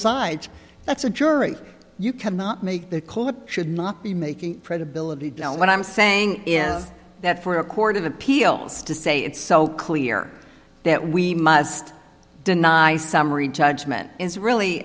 sides that's a jury you cannot make the call it should not be making pred ability to what i'm saying is that for a court of appeals to say it's so clear that we must deny summary judgment is really